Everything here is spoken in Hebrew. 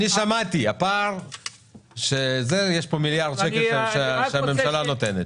יש כאן מיליארד שקלים שהממשלה נותנת.